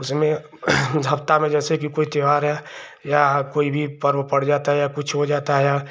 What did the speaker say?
उसमें हफ़्ता में जैसे कि कोई त्योहार है या कोई भी पर्व पड़ जाता है या कुछ हो जाता है